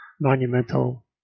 monumental